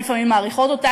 לפעמים מאריכות אותה,